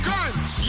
Guns